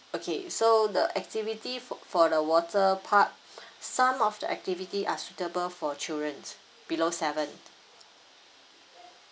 okay so the activity for for the water park some of the activity are suitable for children below seven